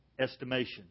estimation